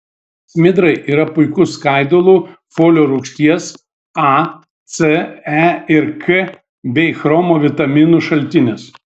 smidrai yra puikus skaidulų folio rūgšties a c e ir k bei chromo vitaminų šaltinis